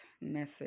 message